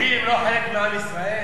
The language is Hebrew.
החרדים הם לא חלק מעם ישראל?